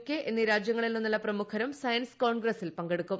K എന്നീ രാജ്യങ്ങളിൽ നിന്നുള്ള പ്രമുഖരും സയൻസ് കോൺഗ്രസ്സിൽ പങ്കെടുക്കും